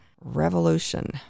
Revolution